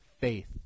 faith